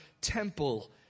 temple